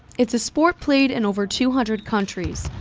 it's a sport played in over two hundred countries.